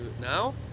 now